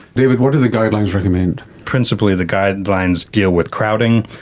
david, what do the guidelines recommend? principally the guidelines deal with crowding,